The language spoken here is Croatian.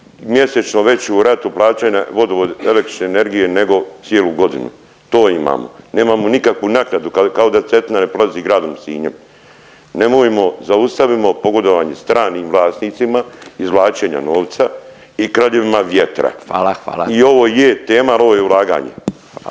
mjesečno veću ratu plaćanja vodovod, električne energije nego cijelu godinu, to imamo. Nemamo nikakvu naknadu, kao da Cetina ne prolazi gradom Sinjem. Nemojmo, zaustavimo pogodovanje stranih vlasnicima izvlačenja novca i kraljevima vjetra. .../Upadica: Hvala, hvala./... I ovo je tema, ali ovo je ulaganje.